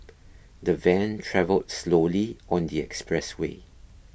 the van travelled slowly on the expressway